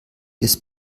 ist